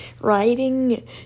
Writing